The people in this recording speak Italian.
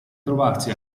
trovarsi